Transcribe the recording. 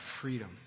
freedom